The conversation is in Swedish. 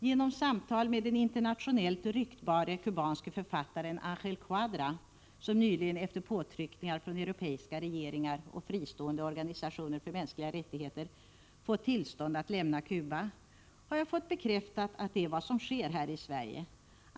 Genom samtal med den internationellt ryktbare kubanske författaren Augel Quadra, som nyligen efter påtryckningar från europeiska regeringar och fristående organisationer för mänskliga rättigheter fått tillstånd att lämna Cuba, har jag fått bekräftat att detta är vad som sker här i Sverige.